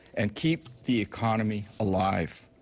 and keep the economy alive.